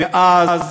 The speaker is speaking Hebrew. ואז